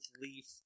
leaf